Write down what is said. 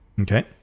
Okay